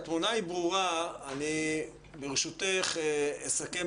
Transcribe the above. התמונה היא ברורה וברשותך אני אסכם